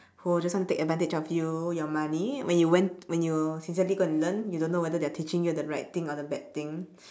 who will just take advantage of you your money when you went when you sincerely go and learn you don't know whether they are teaching you the right thing or the bad thing